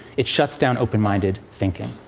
it shuts down open-minded thinking.